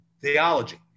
theology